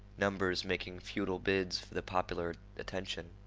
numbers making futile bids for the popular attention.